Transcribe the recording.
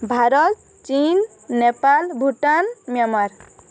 ଭାରତ ଚୀନ୍ ନେପାଲ ଭୁଟାନ ମିଆଁମାର